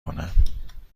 کنم